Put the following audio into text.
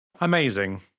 Amazing